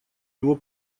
его